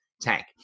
tank